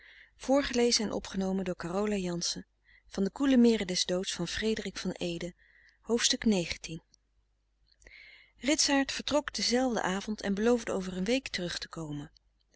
koele meren des doods ritsaart vertrok denzelfden avond en beloofde over een week terug te komen